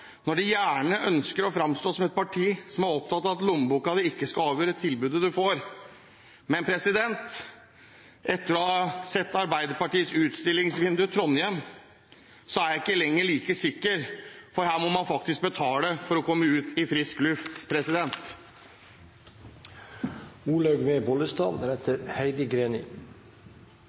når de gjerne ønsker å fremstå som et parti som er opptatt av at lommeboken din ikke skal avgjøre tilbudet du får. Men etter å ha sett Arbeiderpartiets utstillingsvindu, Trondheim, er jeg ikke lenger like sikker, for der må man faktisk betale for å komme ut i frisk luft.